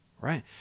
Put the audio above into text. right